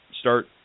start –